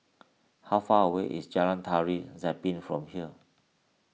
how far away is Jalan Tari Zapin from here